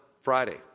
Friday